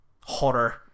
horror